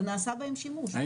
אבל נעשה בהם שימוש.